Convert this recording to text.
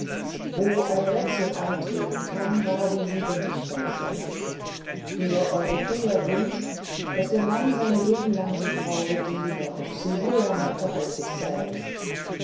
wo ein wechsel eintreten kann war die liebe nicht vollständig ihr europäer wünscht daß der mann sein leben lang die frau bediene und sie höher halte als sich selbst